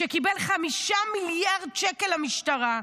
שקיבל 5 מיליארד שקל למשטרה,